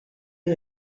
est